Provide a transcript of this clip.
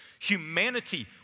Humanity